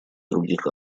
других